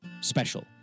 special